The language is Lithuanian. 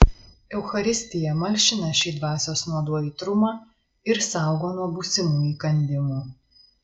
eucharistija malšina šį dvasios nuodų aitrumą ir saugo nuo būsimų įkandimų